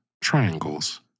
Triangles